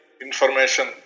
Information